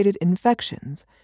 infections